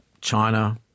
China